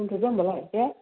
दोनथ'दो होम्बालाय दे